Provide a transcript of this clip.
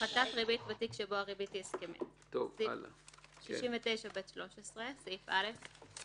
הפחתת ריבית בתיק שבו הריבית היא הסכמית 69ב13. בסעיף זה,